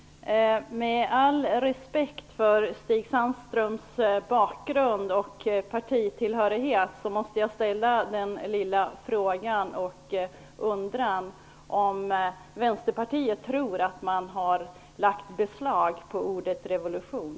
Fru talman! Med all respekt för Stig Sandströms bakgrund och partitillhörighet måste jag fråga om Vänsterpartiet tror att man har lagt beslag på ordet revolution.